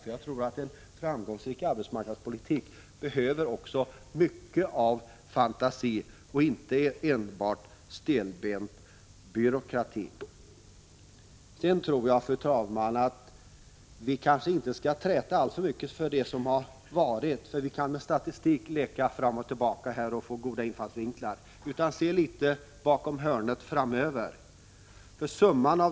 Jag tror att en framgångsrik arbetsmarknadspolitik behöver mycket av fantasi och inte enbart stelbent byråkrati. Fru talman! Vi kanske inte skall träta alltför mycket om det som har varit — vi kan leka med statistik och få goda infallsvinklar, men jag tror att vi skall se litet bakom hörnet framöver.